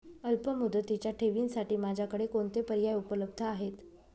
अल्पमुदतीच्या ठेवींसाठी माझ्याकडे कोणते पर्याय उपलब्ध आहेत?